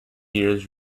years